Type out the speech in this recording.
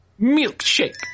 milkshake